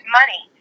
money